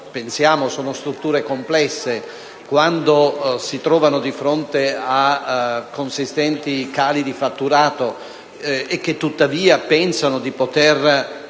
che sono strutture complesse, si trovano di fronte a consistenti cali di fatturato e tuttavia, pensando di poter